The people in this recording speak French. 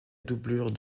doublure